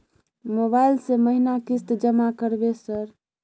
Mobile से महीना किस्त जमा करबै सर?